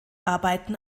arbeiten